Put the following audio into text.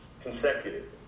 consecutive